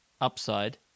upside